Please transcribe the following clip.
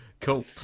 Cool